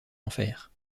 enfer